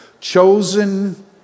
chosen